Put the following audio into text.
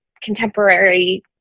contemporary